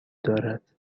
دارد